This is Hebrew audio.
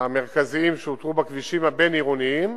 המרכזיים בכבישים הבין-עירוניים